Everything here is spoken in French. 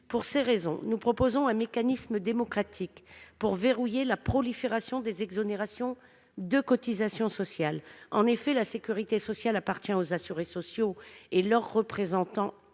pourquoi nous proposons un mécanisme démocratique visant à verrouiller la prolifération des exonérations de cotisations sociales. En effet, la sécurité sociale appartient aux assurés sociaux et à leurs représentants,